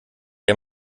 der